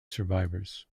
survivors